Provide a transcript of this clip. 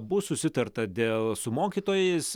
bus susitarta dėl su mokytojais